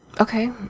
Okay